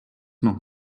noch